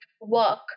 work